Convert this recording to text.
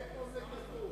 איפה זה כתוב?